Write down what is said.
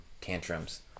tantrums